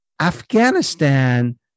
Afghanistan